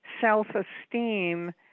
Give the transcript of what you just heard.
self-esteem